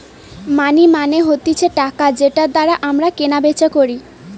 মানি মানে হতিছে টাকা যেটার দ্বারা আমরা কেনা বেচা করি